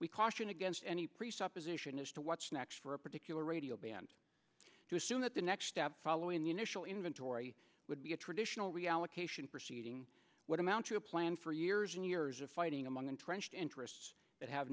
we caution against any pre supposition as to what's next for a particular radio band to assume that the next step following the initial inventory would be a traditional reallocation proceeding would amount to a plan for years and years of fighting among entrenched interests that have